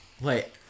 Wait